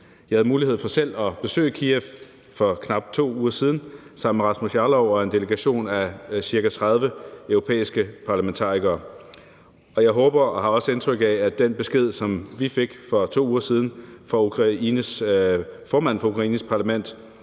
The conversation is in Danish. Jeg havde mulighed for selv at besøge Kyiv for knap 2 uger siden sammen med Rasmus Jarlov og en delegation af ca. 30 europæiske parlamentarikere. Jeg håber og har også indtryk af, at den besked, som vi fik for 2 uger siden fra formanden for Ukraines parlament,